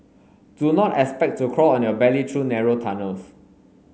do not expect to crawl on your belly through narrow tunnels